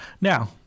Now